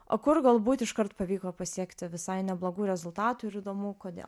o kur galbūt iškart pavyko pasiekti visai neblogų rezultatų ir įdomu kodėl